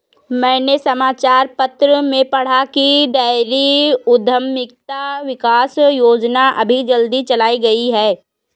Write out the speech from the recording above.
मैंने समाचार पत्र में पढ़ा की डेयरी उधमिता विकास योजना अभी जल्दी चलाई गई है